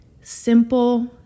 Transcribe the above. simple